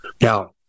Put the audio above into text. Now